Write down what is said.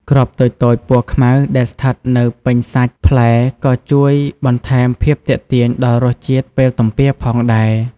គ្រាប់តូចៗពណ៌ខ្មៅដែលស្ថិតនៅពេញសាច់ផ្លែក៏ជួយបន្ថែមភាពទាក់ទាញដល់រសជាតិពេលទំពារផងដែរ។